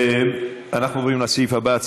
אנחנו עוברים לסעיף הבא,